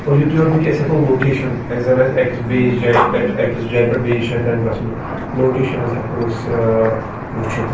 اور یُتُے یوت نہٕ کینٛہہ أسۍ ہٮ۪کو لوکیشَن اَسہِ زَنہٕ آسہِ أکِس بیٚیِس جایہِ پٮ۪ٹھ أکِس جایہِ پٮ۪ٹھ بیٚیِس جاے تام گژھُن لوکیشَنٕز ہٮ۪کو أسۍ وٕچھِتھ